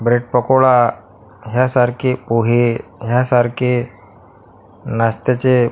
bread pakoda ह्यासारखे पोहे ह्यासारखे नाश्त्याचे